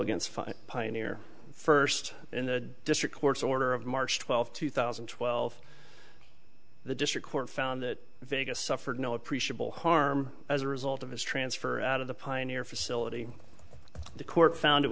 against five pioneer first in the district court's order of march twelfth two thousand and twelve the district court found that vegas suffered no appreciable harm as a result of his transfer out of the pioneer facility the court found it